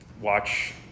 Watch